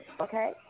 okay